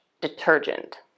detergent